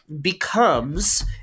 becomes